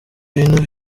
bintu